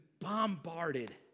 bombarded